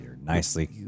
nicely